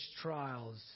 trials